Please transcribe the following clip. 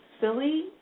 Silly